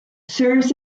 serves